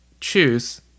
choose